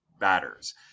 Batters